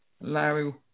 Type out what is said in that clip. Larry